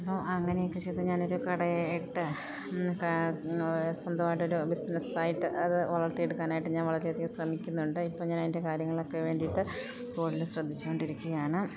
അപ്പോൾ അങ്ങനെ ഒക്കെ ചെയ്തു ഞാൻ ഒരു കട ഇട്ട് സ്വന്തായിട്ട് ഒരു ബിസിനസ്സ് ആയിട്ട് അത് വളർത്തിയെടുക്കാനായിട്ട് ഞാൻ വളരെ അധികം ശ്രമിക്കുന്നുണ്ട് ഇപ്പം ഞാൻ അതിൻ്റെ കാര്യങ്ങളൊക്കെ വേണ്ടിയിട്ട് കൂടുതൽ ശ്രദ്ധിച്ചു കൊണ്ടിരിക്കുകയാണ്